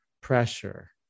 pressure